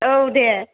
औ दे